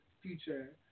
future